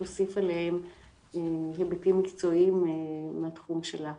תוסיף עליהם בהיבטים מקצועיים מהתחום שלה.